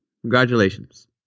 congratulations